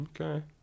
Okay